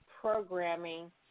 programming